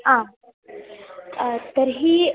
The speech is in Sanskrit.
आम् तर्हि